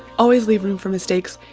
always leave room for mistakes,